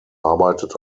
arbeitet